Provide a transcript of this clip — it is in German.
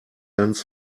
ganz